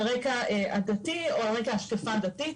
על רקע עדתי או על רקע השקפה דתית,